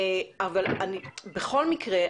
אבל אני בכל מקרה,